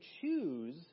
choose